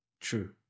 true